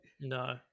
No